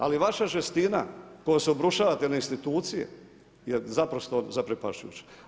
Ali vaša žestina kojom se obrušavate na institucije jer naprosto zaprepašćujuća.